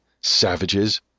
savages